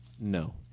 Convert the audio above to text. No